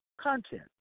content